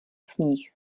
sníh